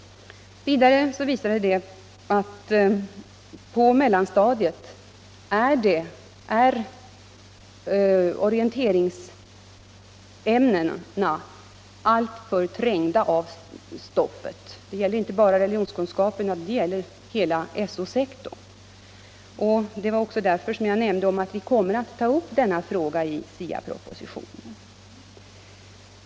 Vidare visar de att orienteringsämnena på mellanstadiet är alltför trängda av det övriga stoffet. Det gäller inte bara religionskunskapen utan hela So-sektorn. Det var också därför som jag nämnde att vi kommer att ta upp denna fråga i SIA-propositionen.